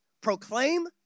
proclaim